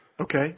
Okay